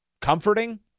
comforting